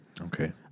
Okay